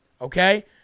Okay